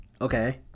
Okay